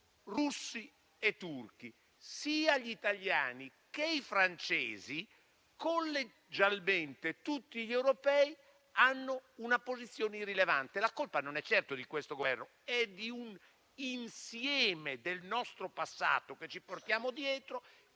russi e turchi. Sia gli italiani che i francesi e collegialmente tutti gli europei hanno una posizione irrilevante. La colpa è certamente non di questo Governo, ma di un insieme del nostro passato che ci portiamo dietro,